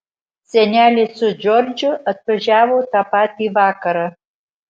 senelė su džordžu atvažiavo tą patį vakarą